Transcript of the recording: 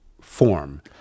form